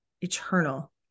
eternal